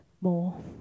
more